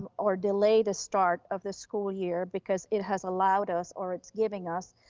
or delay the start of the school year, because it has allowed us, or it's giving us